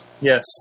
Yes